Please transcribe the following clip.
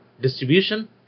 distribution